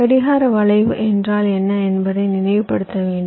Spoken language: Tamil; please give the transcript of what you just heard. கடிகார வளைவு என்றால் என்ன என்பதை நினைவுபடுத்த வேண்டும்